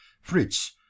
fritz